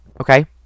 okay